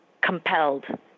compelled